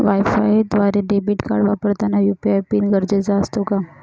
वायफायद्वारे debit card वापरताना UPI PIN गरजेचा असतो का?